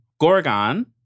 Gorgon